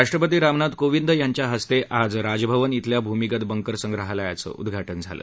राष्ट्रपती रामनाथ कोविंद यांच्या हस्ते आज राजभवन इथल्या भूमिगत बंकर संग्रहालयाचं उद्घाटन झालं